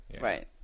Right